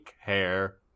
hair